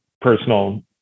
personal